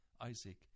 Isaac